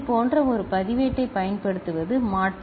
இது போன்ற ஒரு பதிவேட்டைப் பயன்படுத்துவது மாற்று